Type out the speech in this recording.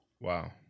Wow